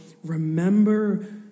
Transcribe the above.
remember